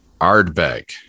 Ardbeg